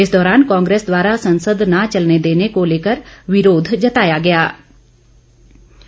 इस दौरान कांग्रेस द्वारा संसद न चलने देने को लेकर विरोध जताया जाएगा